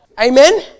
Amen